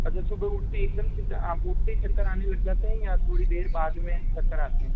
अगर सुबह उठते ही एकदम से उठते ही चक्कर आने लग जाते हैं या थोड़ी देर बाद में चक्कर आते हैं